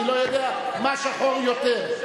אני לא יודע מה שחור יותר.